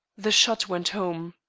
the shot went home.